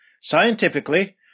scientifically